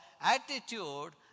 attitude